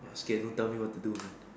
it's okay don't tell me what to do man